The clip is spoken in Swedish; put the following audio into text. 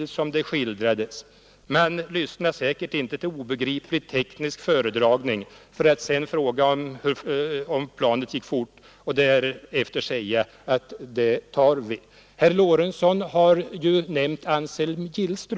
så som det skildras i filmen. Man lyssnade säkert inte till obegriplig teknisk föredragning för att sedan fråga om planet gick fort och därefter säga att ”det tar vi”. Herr Lorentzon har nämnt Anselm Gillström.